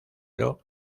oro